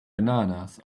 bananas